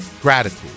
Gratitude